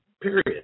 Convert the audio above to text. Period